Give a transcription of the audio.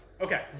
Okay